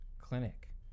clinic